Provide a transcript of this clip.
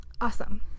Awesome